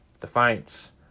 Defiance